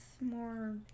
more